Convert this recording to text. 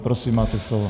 Prosím, máte slovo.